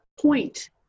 point